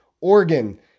Oregon